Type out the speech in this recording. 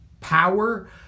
power